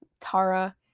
Tara